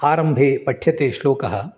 आरम्भे पठ्यते श्लोकः